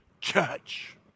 church